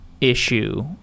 issue